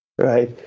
right